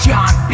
John